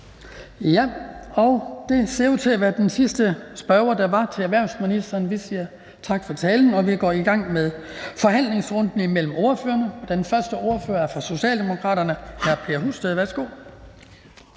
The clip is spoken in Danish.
det var den sidste spørger, der var til erhvervsministeren, så vi siger tak for talen. Så går vi i gang med forhandlingsrunden mellem ordførerne, og den første ordfører er fra Socialdemokraterne. Hr. Per Husted,